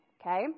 Okay